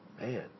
man